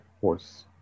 horse